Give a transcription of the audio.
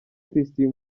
christian